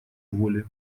воли